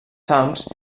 salms